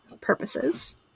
purposes